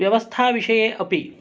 व्यवस्थाविषये अपि